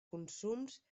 consums